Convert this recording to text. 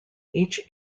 each